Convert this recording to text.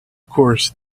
course